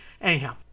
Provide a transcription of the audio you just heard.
Anyhow